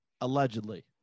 Allegedly